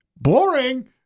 boring